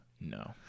No